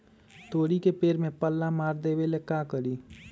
तोड़ी के पेड़ में पल्ला मार देबे ले का करी?